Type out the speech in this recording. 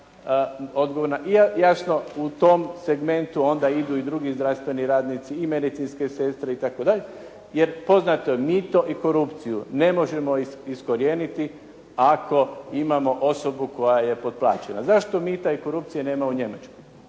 i jasno u tom segmentu onda idu i drugi zdravstveni radnici i medicinske sestre itd. Jer poznato je mito i korupciju ne možemo iskorijeniti ako imamo osobu koja je potplaćena. Zašto mita i korupcije nema u Njemačkoj?